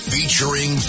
Featuring